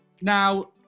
Now